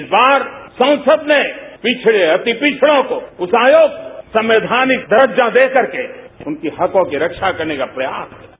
इस साल संसद ने पिछडे अति पिछडों को उस आयोग को संवैधानिक दर्जा देकर के उनके हकों की रक्षा करने का प्रयास कर रहे हैं